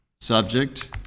Subject